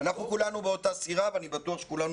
אנחנו כולנו באותה סירה ואני בטוח שכולנו